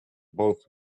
both